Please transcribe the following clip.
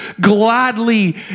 gladly